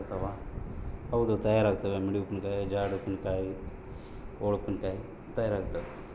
ಮಾವಿನನಿಂದ ಮಿಡಿ ಉಪ್ಪಿನಕಾಯಿ, ಓಳು ಉಪ್ಪಿನಕಾಯಿ, ಜಾಡಿ ಉಪ್ಪಿನಕಾಯಿ ತಯಾರಾಗ್ತಾವ